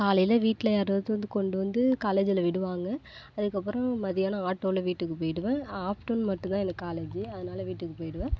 காலையில் வீட்டில் யாராவது வந்து கொண்டு வந்து காலேஜில் விடுவாங்க அதுக்கப்புறோம் மதியானம் ஆட்டோவில வீட்டுக்கு போயிவிடுவேன் ஆஃட்டர்நூன் மட்டும்தான் எனக்கு காலேஜூ அதனால வீட்டுக்கு போயிவிடுவேன்